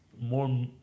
more